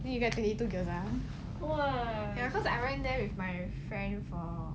then you guys twenty two ya cause I went there with my friend for